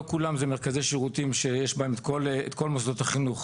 לא כולם זה מרכזי שירותים שיש בהם את כל מוסדות החינוך,